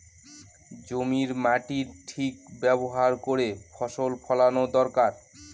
জমির মাটির ঠিক ব্যবহার করে ফসল ফলানো দরকার